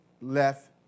left